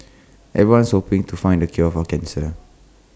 everyone's hoping to find the cure for cancer